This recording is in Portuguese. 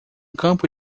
campo